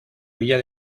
villa